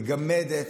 מגמדת,